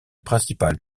principal